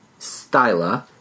Styla